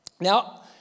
Now